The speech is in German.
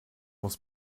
muss